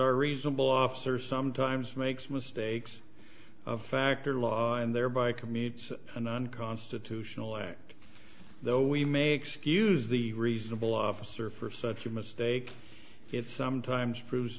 our reasonable officer sometimes makes mistakes factor law and thereby commits an unconstitutional act though we may excuse the reasonable officer for such a mistake it sometimes proves